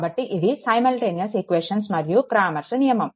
కాబట్టి ఇది simultaneous equations మరియు క్రామర్స్ నియమం